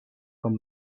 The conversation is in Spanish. con